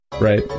right